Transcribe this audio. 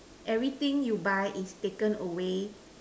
everything you buy is taken away